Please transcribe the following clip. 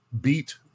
beat